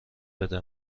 بده